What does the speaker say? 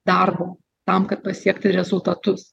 darbo tam kad pasiekti rezultatus